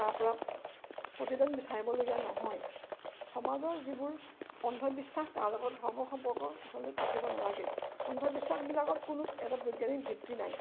তাৰ পৰা প্ৰতিদান বিচাৰিবলগীয়া নহয় সমাজৰ যিবোৰ অন্ধবিশ্বাস তাৰ লগত ধৰ্মৰ সম্পৰ্ক আচলতে থাকিব নালাগে অন্ধবিশ্বাসবিলাকত কোনো এটা বৈজ্ঞানিক ভিত্তি নাই